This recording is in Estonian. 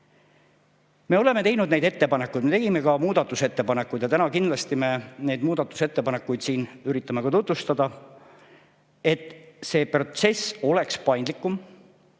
Me oleme teinud ettepanekuid, me tegime ka muudatusettepanekuid ja kindlasti me neid muudatusettepanekuid siin üritame ka tutvustada, et see protsess oleks paindlikum,